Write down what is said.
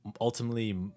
ultimately